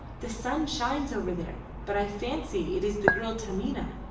the sun shines over there, but i fancy it is the girl taminah.